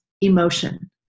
emotion